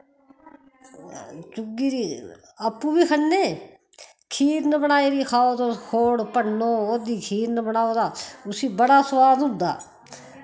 चुग्गी दी आपूं बी खन्ने खीरन बनाई दी खाओ तुस खोड़ भन्नो ओह्दी खीरन बनाओ तां उसी बड़ा सोआद होंदा